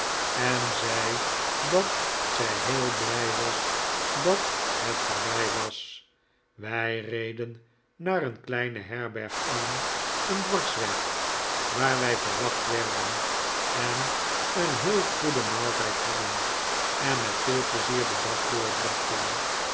en zei dat zij heel blij was dat het voorbij was wij reden naar een kleine herberg aan een dwarsweg waar wij verwacht werden en een heel goeden maaltijd hadden en met veel pleizier den dag